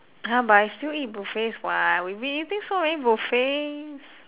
!huh! but I still eat buffets [what] we've been eating so many buffets